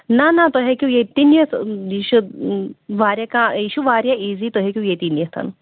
نہَ نہَ تُہۍ ہیٚکِو ییٚتہِ تہِ نِتھ یہِ چھُ وارِیاہ کال یہِ چھُ وارِیاہ ایٖزی تۄہہِ ہیٚکِو ییٚتی نِتھ